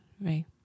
right